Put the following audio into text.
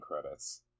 credits